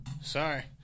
Sorry